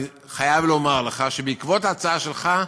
אני חייב לומר לך שבעקבות ההצעה שלך,